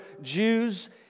Jews